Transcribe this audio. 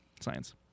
Science